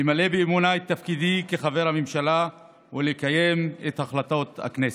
למלא באמונה את תפקידי כחבר הממשלה ולקיים את החלטות הכנסת.